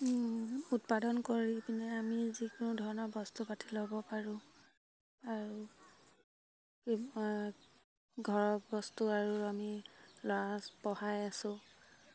উৎপাদন কৰি পিনে আমি যিকোনো ধৰণৰ বস্তু পাতি ল'ব পাৰোঁ আৰু এই ঘৰৰ বস্তু আৰু আমি ল'ৰা পঢ়াই আছোঁ